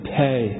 pay